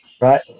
right